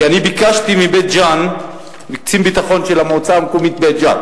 ביקשתי מקצין הביטחון של המועצה המקומית בית-ג'ן